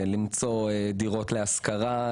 למצוא דירות להשכרה,